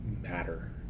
matter